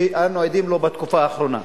שאנו עדים לו בתקופה האחרונה.